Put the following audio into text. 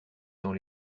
dans